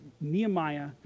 nehemiah